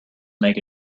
make